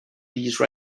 these